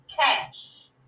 cash